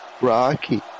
Rocky